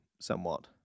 somewhat